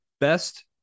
best